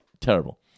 Terrible